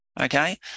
okay